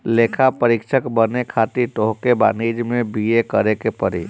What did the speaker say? लेखापरीक्षक बने खातिर तोहके वाणिज्यि में बी.ए करेके पड़ी